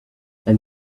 and